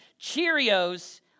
Cheerios